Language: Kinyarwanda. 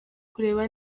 kureba